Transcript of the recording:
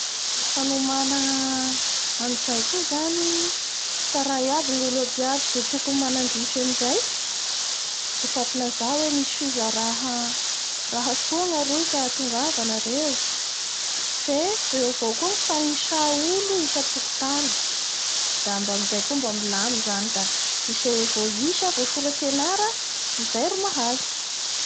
Ny fanomana anizay koa zany tsaray aby ny olo abiabay izay tokony hanandrify anizay, ifampilaza hoe misy fijara ha-raha mahasoa ny aroy ka tongava nareo fe eo avao koa ny fanisa olo isampokotany, da mba amizay koa mba miamy zany da i ze voaisa voasoratsy anara izay ro mahazo.